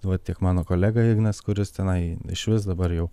va tiek mano kolega ignas kuris tenai išvis dabar jau